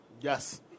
Yes